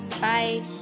Bye